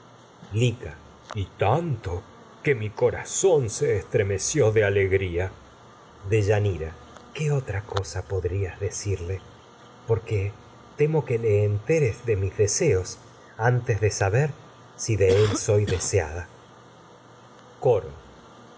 lica y tanto que mi corazón se estremeció de alegría deyanira gqué otra cosa podrías decirle porque antes de saber si de temo que le enteres de mis deseos él soy deseada coro